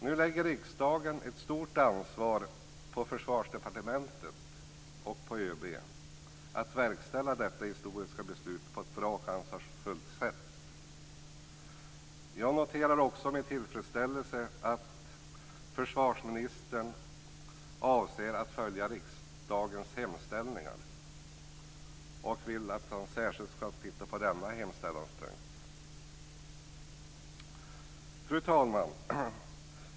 Nu lägger riksdagen ett stort ansvar på Försvarsdepartementet och ÖB att verkställa detta historiska beslut på ett bra och ansvarsfullt sätt. Jag noterar också med tillfredsställelse att försvarsministern avser att följa riksdagens hemställningar och vill då att han särskilt ska titta på denna. Fru talman!